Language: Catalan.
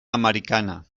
americana